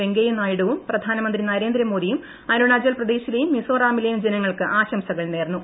വെങ്കയ്യനായിഡുവും പ്രധാനമന്ത്രി നരേന്ദ്രമോദിയും അരുണാചൽപ്രദേശിലെയും മിസോറാമിലെയും ജനങ്ങൾക്ക് ആശംസകൾ നേർന്നു